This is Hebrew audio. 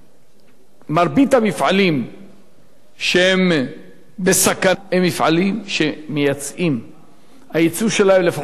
מרבית המפעלים שהם בסכנה הם מפעלים שמייצאים היצוא שלהם למדינות העולם